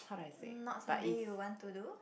not something you want to do